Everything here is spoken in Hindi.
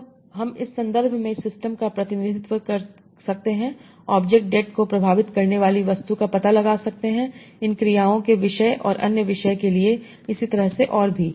तब हम इस संदर्भ में सिस्टम का प्रतिनिधित्व कर सकते हैं ऑब्जेक्ट det को प्रभावित करने वाली वस्तु का पता लगा सकते हैं इन क्रियाओं के विषय और अन्य विषय के लिए इसी तरह से और भी